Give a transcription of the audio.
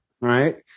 right